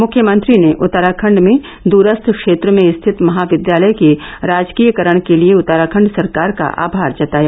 मुख्यमंत्री ने उत्तराखंड में दूरस्थ क्षेत्र में स्थित महाविद्यालय के राजकीयकरण के लिए उत्तराखंड सरकार का आभार जताया